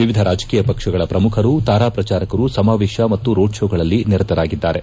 ಎವಿಧ ರಾಜಕೀಯ ಪಕ್ಷಗಳ ಪ್ರಮುಖರು ತಾರಾ ಪ್ರಚಾರಕರು ಸಮಾವೇಶ ಮತ್ತು ರೋಡ್ ಷೋಗಳಲ್ಲಿ ನಿರತರಾಗಿದ್ದಾರೆ